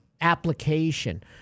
application